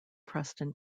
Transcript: preston